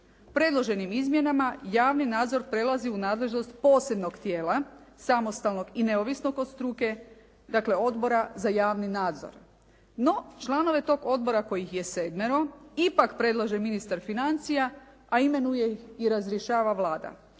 Predloženim izmjenama javni nadzor prelazi u nadležnost posebnog tijela, samostalnog i neovisnog od struke, dakle Odbora za javni nadzor. No, članove tog odbora kojih je sedmero ipak predlaže ministar financija, a imenuje ih i razrješava Vlada.